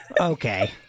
Okay